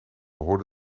hoorde